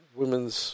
women's